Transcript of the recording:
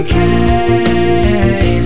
Okay